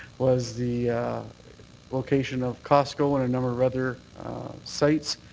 was the location of costco and number of other sites.